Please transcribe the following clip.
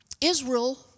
Israel